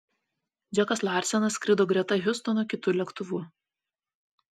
džekas larsenas skrido greta hiustono kitu lėktuvu